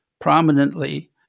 prominently